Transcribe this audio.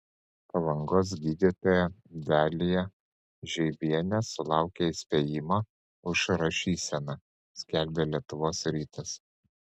palangos gydytoja dalija žeibienė sulaukė įspėjimo už rašyseną skelbia lietuvos rytas